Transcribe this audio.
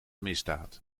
misdaad